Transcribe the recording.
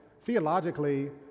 theologically